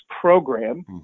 program